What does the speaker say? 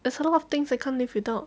there's a lot of things I can't live without